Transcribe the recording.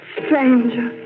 stranger